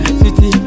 city